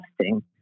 testing